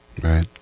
Right